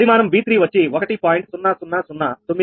పరిమాణం V3 వచ్చి 1